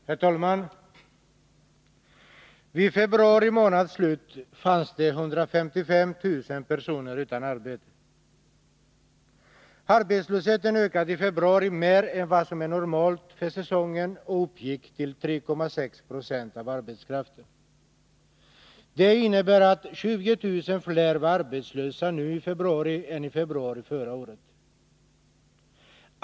Herr talman! Vid februari månads slut fanns det 155 000 personer utan arbete. Arbetslösheten ökade i februari mer än vad som är normalt för säsongen och uppgick till 3,6 20 av arbetskraften. Det innebär att 20 000 fler var arbetslösa nu i februari än i februari förra året.